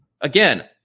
again